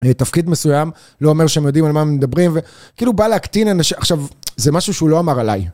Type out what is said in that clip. תפקיד מסוים, לא אומר שהם יודעים על מה הם מדברים וכאילו בא להקטין אנשים, עכשיו זה משהו שהוא לא אמר עליי.